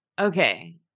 Okay